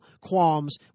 qualms